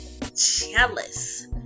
jealous